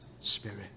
Spirit